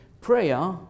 Prayer